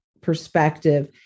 perspective